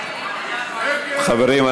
חברים,